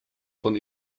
von